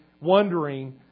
wondering